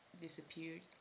disappeared